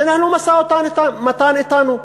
ותנהלו משא-ומתן אתנו.